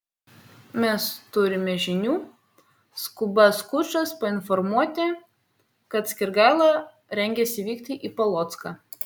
mes turime žinių skuba skučas painformuoti kad skirgaila rengiasi vykti į polocką